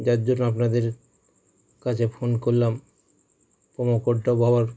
যার জন্য আপনাদের কাছে ফোন করলাম প্রোমো কোডটাও আবার